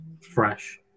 fresh